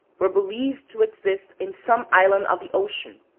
were believed to exist in some island of the ocean,